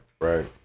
Right